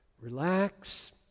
Relax